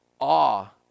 awe